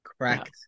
Correct